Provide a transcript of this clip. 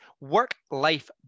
work-life